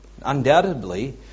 undoubtedly